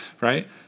right